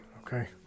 Okay